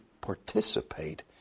participate